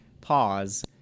pause